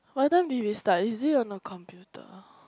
what time did we start is it on the computer